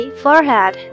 forehead